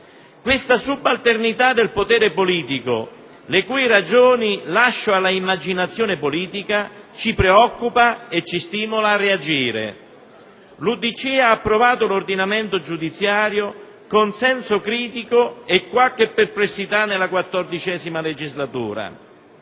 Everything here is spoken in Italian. Questa subalternità del potere politico, le cui ragioni lascio all'immaginazione politica, ci preoccupa e ci stimola a reagire. L'UDC ha votato a favore della riforma dell'ordinamento giudiziario con senso critico e qualche perplessità, nella XIV legislatura.